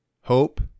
hope